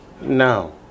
No